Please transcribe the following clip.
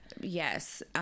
Yes